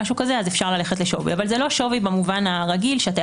אפשר ללכת לשווי אבל זה לא שווי במובן הרגיל שאתה